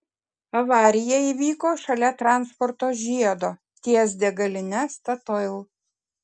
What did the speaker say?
avarija įvyko šalia transporto žiedo ties degaline statoil